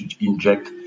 inject